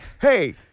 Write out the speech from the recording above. hey